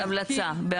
בהמלצה.